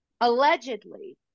allegedly